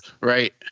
right